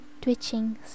twitching